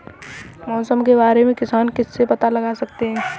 मौसम के बारे में किसान किससे पता लगा सकते हैं?